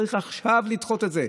צריך עכשיו לדחות את זה,